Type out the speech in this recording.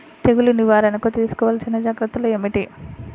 తెగులు నివారణకు తీసుకోవలసిన జాగ్రత్తలు ఏమిటీ?